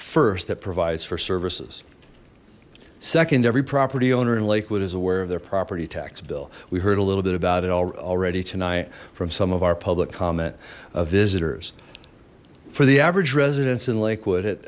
first that provides for services second every property owner in lakewood is aware of their property tax bill we heard a little bit about it already tonight from some of our public comment of visitors for the average residents in lakewood